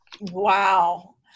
Wow